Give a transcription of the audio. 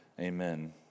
amen